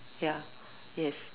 ya yes